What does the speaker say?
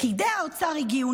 פקידי האוצר הגיעו,